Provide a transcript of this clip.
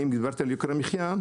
אם דיברת על יוקר המחיה,